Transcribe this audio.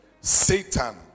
Satan